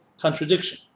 contradiction